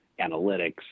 analytics